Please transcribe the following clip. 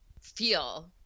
feel